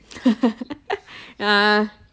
ah